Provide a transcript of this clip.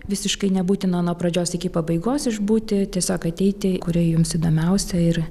visiškai nebūtina nuo pradžios iki pabaigos išbūti tiesiog ateiti kuri jums įdomiausia ir